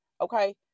Okay